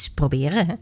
proberen